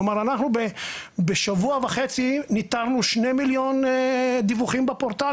כלומר אנחנו בשבוע וחצי ניתרנו 2 מיליון דיווחים בפורטל,